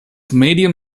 medium